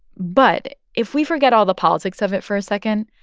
but if we forget all the politics of it for a second,